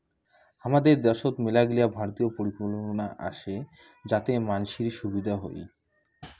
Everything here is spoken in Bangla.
হামাদের দ্যাশোত মেলাগিলা ভারতীয় পরিকল্পনা আসে যাতে মানসির সুবিধা হই